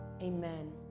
Amen